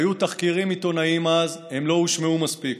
היו תחקירים עיתונאיים אז, הם לא הושמעו מספיק.